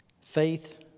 Faith